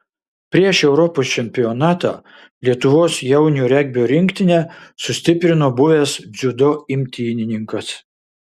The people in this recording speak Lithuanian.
prieš europos čempionatą lietuvos jaunių regbio rinktinę sustiprino buvęs dziudo imtynininkas